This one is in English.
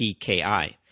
PKI